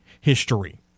history